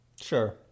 Sure